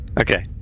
Okay